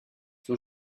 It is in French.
son